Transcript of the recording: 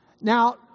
Now